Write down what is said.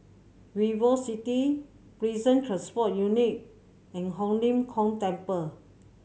VivoCity Prison Transport Unit and Ho Lim Kong Temple